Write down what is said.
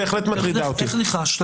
בהחלט מטריד אותי.